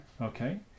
Okay